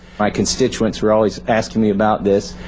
my constituents asking me about this.